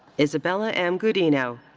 isabella m. gudino.